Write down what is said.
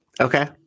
Okay